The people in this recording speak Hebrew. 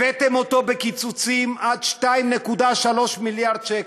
הבאתם אותו לקיצוצים עד 2.3 מיליארד שקל.